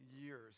years